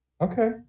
okay